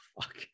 fuck